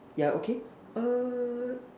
yeah okay uh